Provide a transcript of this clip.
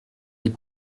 des